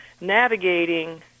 navigating